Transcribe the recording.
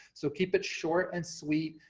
so keep it short and sweet,